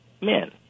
men